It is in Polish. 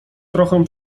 trochę